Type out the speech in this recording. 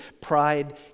Pride